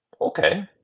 Okay